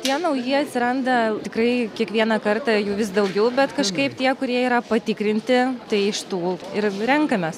tie nauji atsiranda tikrai kiekvieną kartą jų vis daugiau bet kažkaip tie kurie yra patikrinti tai iš tų ir renkamės